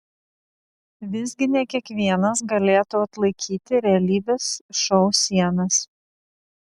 visgi ne kiekvienas galėtų atlaikyti realybės šou sienas